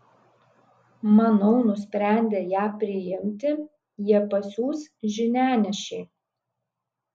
manau nusprendę ją priimti jie pasiųs žinianešį